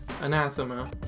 anathema